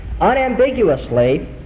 unambiguously